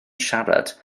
siarad